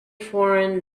foreigner